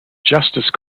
justice